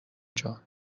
جان